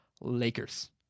Lakers